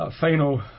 final